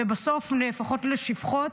ובסוף נהפכות לשפחות,